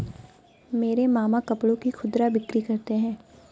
मेरे मामा कपड़ों की खुदरा बिक्री करते हैं